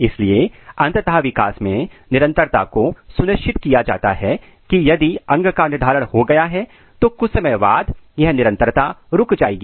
इसलिए अंततः विकास में निरंतरता को सुनिश्चित किया जाता है की यदि अंग का निर्धारण हो गया है तो कुछ समय बाद यह निरंतरता रुक जाएगी